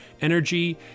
energy